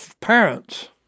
parents